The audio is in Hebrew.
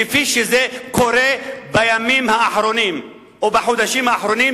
כפי שזה קורה בימים האחרונים ובחודשים האחרונים,